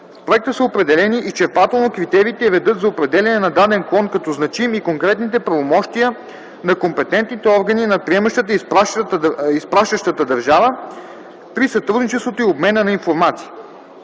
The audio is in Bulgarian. проекта са определени изчерпателно критериите и редът за определяне на даден клон като значим и конкретните правомощия на компетентните органи на приемащата и изпращащата държава при сътрудничеството и обмена на информация.